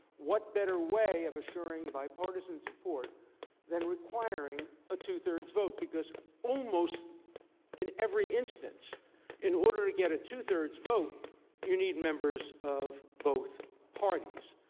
what better way of ensuring bipartisan support then requiring a two thirds vote. almost in every instance in order to get a two thirds vote you need members of both parties.